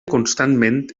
constantment